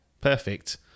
perfect